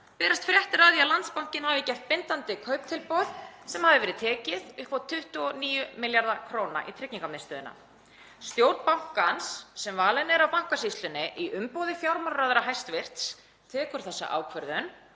berast fréttir af því að Landsbankinn hafi gert bindandi kauptilboð sem hafi verið tekið upp á 29 milljarða kr. í Tryggingamiðstöðina. Stjórn bankans, sem valin er af Bankasýslunni í umboði hæstv. fjármálaráðherra, tekur þessa ákvörðun